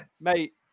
Mate